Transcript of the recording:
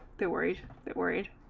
they worried that worried